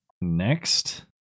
next